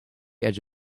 edge